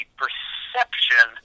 perception